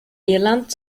irland